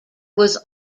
was